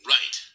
Right